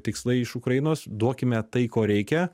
tikslai iš ukrainos duokime tai ko reikia